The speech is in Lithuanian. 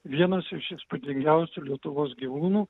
vienas iš įspūdingiausių lietuvos gyvūnų